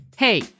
Hey